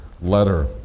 letter